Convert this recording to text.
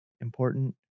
important